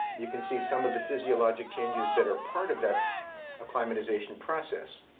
you can see some of the physiologic changes that are part of that climatization process.